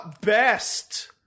best